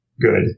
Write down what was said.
good